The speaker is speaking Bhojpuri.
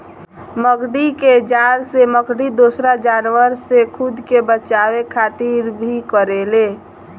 मकड़ी के जाल से मकड़ी दोसरा जानवर से खुद के बचावे खातिर भी करेले